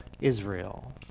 Israel